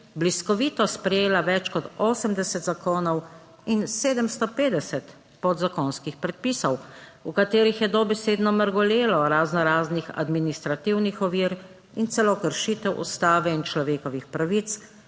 bliskovito sprejela več kot 80 zakonov in 750 podzakonskih predpisov, v katerih je dobesedno mrgolelo razno raznih administrativnih ovir in celo kršitev Ustave in človekovih pravic,